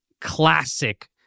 classic